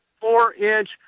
four-inch